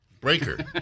breaker